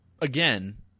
again